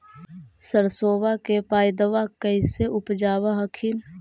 सरसोबा के पायदबा कैसे उपजाब हखिन?